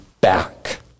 back